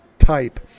type